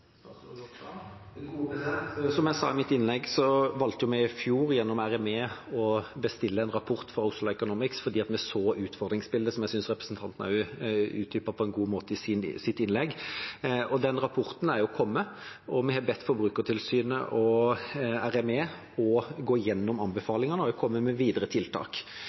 Som jeg sa i mitt innlegg, valgte vi i fjor gjennom Reguleringsmyndigheten for energi å bestille en rapport fra Oslo Economics fordi vi så utfordringsbildet, som jeg også synes representanten utdypet på en god måte i sitt innlegg. Den rapporten har kommet, og vi har bedt Forbrukertilsynet og Reguleringsmyndigheten for energi om å gå igjennom anbefalingene og komme med videre tiltak.